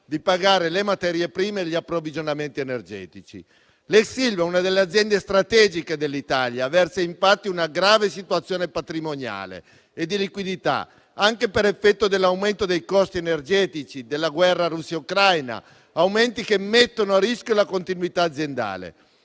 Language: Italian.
di pagare le materie prime e gli approvvigionamenti energetici. L'ex Ilva, una delle aziende strategiche dell'Italia, versa infatti in una grave situazione patrimoniale e di liquidità, anche per effetto dell'aumento dei costi energetici e della guerra Russia-Ucraina, aumenti che mettono a rischio la continuità aziendale.